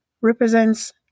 represents